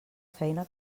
feina